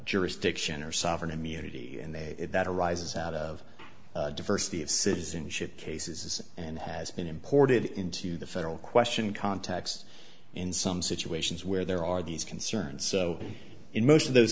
jurisdiction or sovereign immunity that arises out of diversity of citizenship cases and has been imported into the federal question contacts in some situations where there are these concerns so in most of those